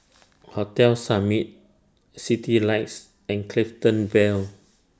Hotel Summit Citylights and Clifton Vale